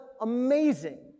amazing